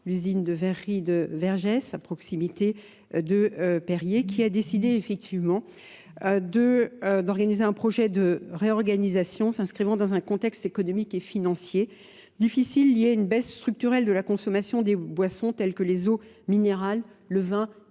l'usine de Verri de Vergès, à proximité de Perrier, qui a décidé effectivement d'organiser un projet de réorganisation s'inscrivant dans un contexte économique et financier difficile lié à une baisse structurelle de la consommation des boissons telles que les eaux minérales, le vin et la